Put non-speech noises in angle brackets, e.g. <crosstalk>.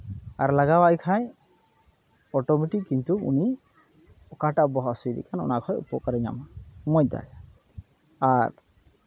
ᱟᱨ ᱞᱟᱜᱟᱣᱼᱟᱭ ᱠᱷᱟᱡ ᱚᱴᱳᱢᱮᱴᱤᱠ ᱠᱤᱱᱛᱩ ᱩᱱᱤ ᱚᱠᱟᱴᱟᱜ ᱵᱚᱦᱚᱜ ᱦᱟᱹᱥᱩᱭᱮ ᱠᱟᱱᱟ ᱚᱱᱟ ᱠᱷᱚᱡ ᱩᱯᱚᱠᱟᱨᱮ ᱧᱟᱢᱟ <unintelligible> ᱟᱨ